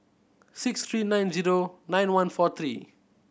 six three nine zero nine one four three